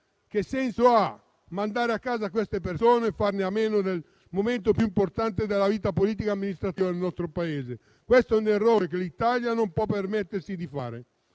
Che senso ha mandare a casa queste persone e farne a meno nel momento più importante della vita politica e amministrativa del nostro Paese? Questo è un errore che l'Italia non può permettersi di fare.